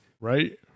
Right